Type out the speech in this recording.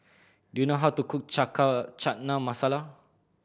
do you know how to cook Chana Masala